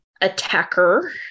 attacker